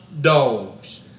dogs